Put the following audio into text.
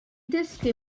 dysgu